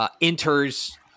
Enters